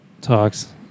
talks